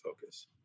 focus